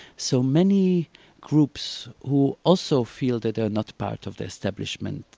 so many groups who also feel that they're not part of the establishment,